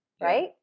right